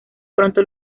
pronto